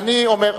אני אעשה